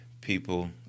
people